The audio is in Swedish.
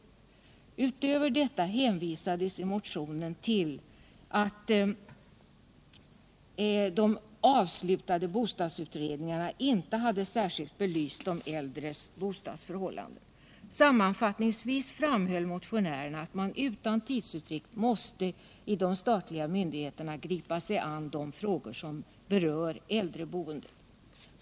Utöver detta hänvisades i motionen till att de avslutade bostadsutredningarna inte hade särskilt belyst de äldres bostadsförhållanden. Sammanfattningsvis framhöll motionärerna att man utan tidsutdräkt inom de statliga myndigheterna måste gripa sig an de frågor som berör äldreboendet.